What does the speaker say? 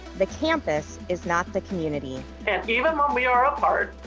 the campus is not the community. and even um um we are apart,